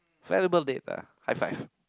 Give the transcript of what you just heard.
terrible date lah high five